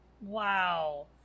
Wow